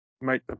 make